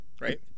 right